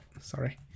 Sorry